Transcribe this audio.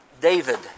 David